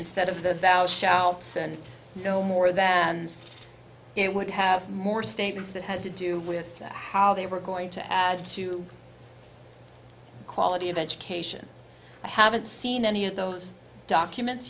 instead of the shouts and no more than it would have more statements that had to do with how they were going to add to quality of education i haven't seen any of those documents